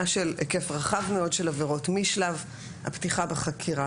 של היקף רחב מאוד של עבירות משלב הפתיחה בחקירה,